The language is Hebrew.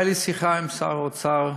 הייתה לי שיחה עם שר האוצר,